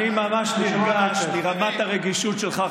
אני ממש נרגש מרמת הרגישות שלך,